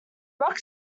rock